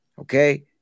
okay